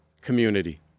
community